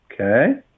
okay